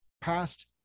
past